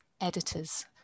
editors